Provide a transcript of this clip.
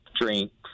drinks